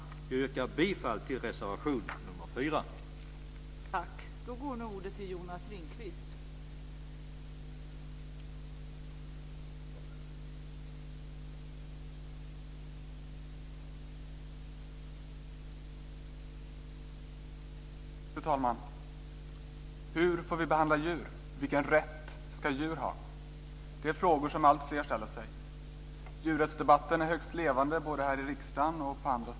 Jag yrkar bifall till reservation 4.